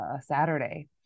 Saturday